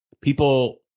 People